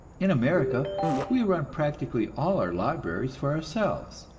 in america we run practically all our libraries for ourselves,